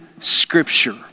scripture